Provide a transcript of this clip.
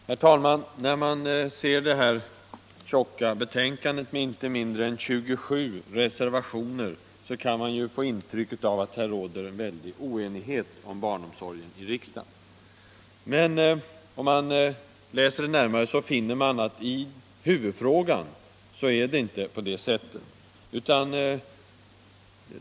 Herr talman! När man ser det tjocka betänkandet med inte mindre än 27 reservationer kan man få intrycket att det här i riksdagen råder en väldig oenighet om barnomsorgen. Men om man läser det närmare finner man att i huvudfrågan är det inte på det sättet.